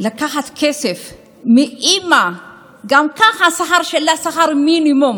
לקחת כסף מאימא שגם ככה השכר שלה הוא שכר מינימום